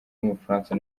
w’umufaransa